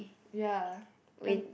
ya and